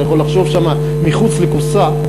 אתה יכול לחשוב שמה מחוץ לקופסה,